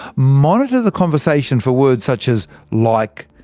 monitor the conversation for words such as like,